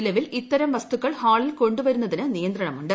നിലവിൽ ഇത്തരം വസ്തുക്കൾ ഹാളിൽ കൊണ്ടുവരുന്നതിന് നിയന്ത്രണമുണ്ട്